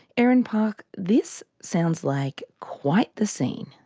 erin parke, this sounds like quite the scene!